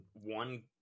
one